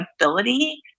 ability